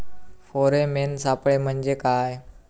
Pheromone सापळे म्हंजे काय?